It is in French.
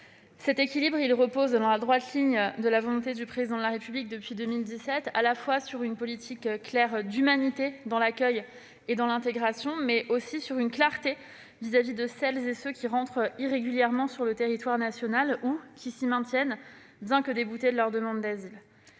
Cet équilibre repose, dans la droite ligne de la volonté du Président de la République depuis 2017, sur une politique d'humanité dans l'accueil et dans l'intégration, mais aussi de clarté à l'égard de celles et de ceux qui entrent irrégulièrement sur le territoire national ou qui s'y maintiennent, bien que déboutés de leur demande d'asile.